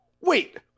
Wait